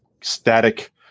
static